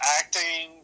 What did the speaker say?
acting